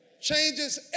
Changes